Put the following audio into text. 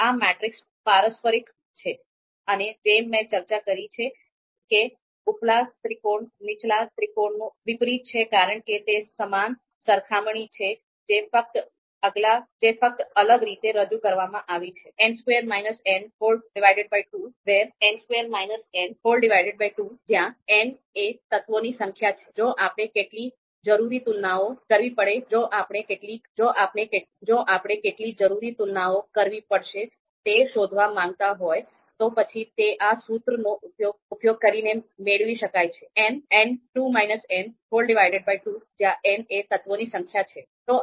આ મેટ્રિક્સ પારસ્પરિક છે અને જેમ મેં ચર્ચા કરી છે કે ઉપલા ત્રિકોણ નીચલા ત્રિકોણનું વિપરીત છે કારણ કે તે સમાન સરખામણી છે જે ફક્ત અલગ રીતે રજૂ કરવામાં આવી છે